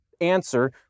answer